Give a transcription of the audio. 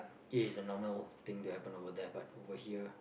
this is a normal thing to happen over there but over here